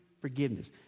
forgiveness